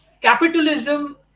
capitalism